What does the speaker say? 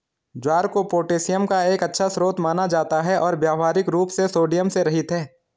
ज्वार को पोटेशियम का एक अच्छा स्रोत माना जाता है और व्यावहारिक रूप से सोडियम से रहित है